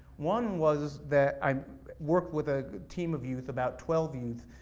one was that i worked with a team of youth, about twelve youth,